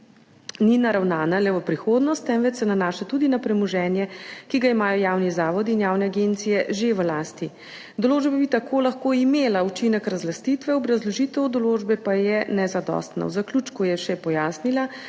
ni naravnana le v prihodnost, temveč se nanaša tudi na premoženje, ki ga imajo javni zavodi in javne agencije že v lasti. Določba bi tako lahko imela učinek razlastitve, obrazložitev določbe pa je nezadostna. V zaključku je še pojasnila,